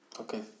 Okay